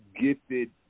gifted